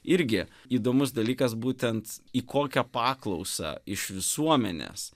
irgi įdomus dalykas būtent į kokią paklausą iš visuomenės